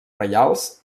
reials